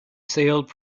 sailed